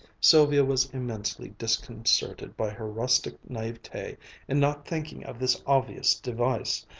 sylvia was immensely disconcerted by her rustic naivete in not thinking of this obvious device.